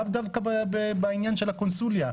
לאו דווקא בעניין של הקונסוליה.